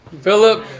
Philip